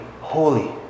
holy